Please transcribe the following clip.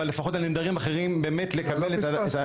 אבל לפחות על נעדרים אחרים --- לא פספסנו,